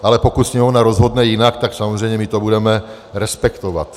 Ale pokud Sněmovna rozhodne jinak, tak to samozřejmě budeme respektovat.